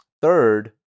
Third